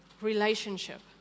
relationship